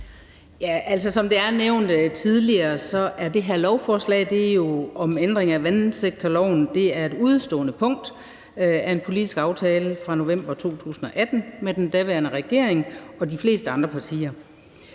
Som det er nævnt tidligere, handler det her lovforslag jo om ændring af vandsektorloven. Det er et udestående punkt fra en politisk aftale fra november 2018 med den daværende regering og de fleste andre partier.